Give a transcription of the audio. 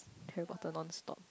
Harry-Potter nonstop